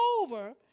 over